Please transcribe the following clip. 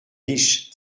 riche